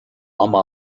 ama